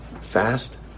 fast